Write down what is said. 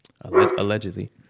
Allegedly